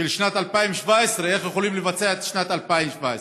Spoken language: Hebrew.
של שנת 2017. איך יכולים לבצע את שנת 2017?